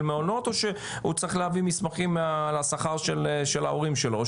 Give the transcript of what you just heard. מעונות או שהוא צריך להביא מסמכים על השכר של ההורים שלו?